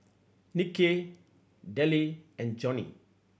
Niki Delle and Joni